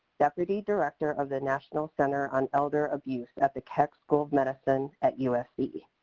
deputy director of the national center on elder abuse at the keck school of medicine at usc.